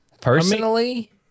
Personally